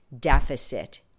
deficit